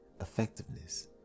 effectiveness